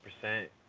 percent